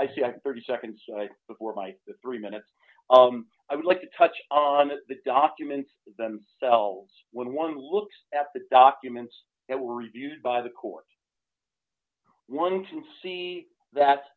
with thirty seconds before my three minutes i would like to touch on the documents themselves when one looks at the documents that were reviewed by the court one can see that